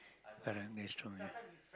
correct that's true ya